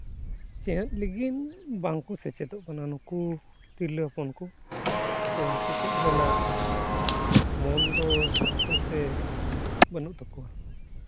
ᱪᱮᱫ ᱞᱟᱹᱜᱤᱫ ᱵᱟᱝ ᱠᱚ ᱥᱮᱪᱮᱫᱚᱜ ᱠᱟᱱᱟ ᱱᱩᱠᱩ ᱛᱤᱨᱞᱟᱹ ᱦᱚᱯᱚᱱ ᱠᱚ ᱥᱮ ᱥᱮᱪᱮᱫ ᱨᱮᱱᱟᱜ ᱢᱚᱱ ᱦᱮᱱᱟᱜ ᱛᱟᱠᱚᱣᱟ ᱥᱮ ᱵᱟᱹᱱᱩᱜ ᱛᱟᱠᱚᱣᱟ